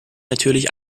natürlich